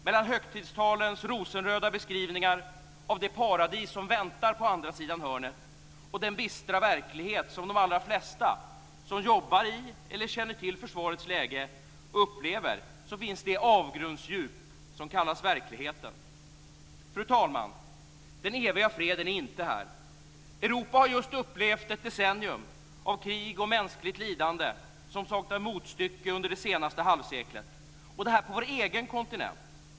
Mellan högtidstalens rosenröda beskrivningar av det paradis som väntar på andra sidan hörnet och den bistra verklighet som de allra flesta som jobbar i eller känner till försvarets läge upplever finns det avgrundsdjup som kallas verkligheten. Fru talman! Den eviga freden är inte här. Europa har just upplevt ett decennium av krig och mänskligt lidande som saknar motstycke under det senaste halvseklet, och detta på vår egen kontinent.